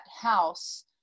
house